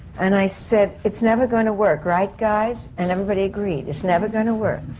and i said, it's never gonna work, right guys? and everybody agreed. it's never gonna work.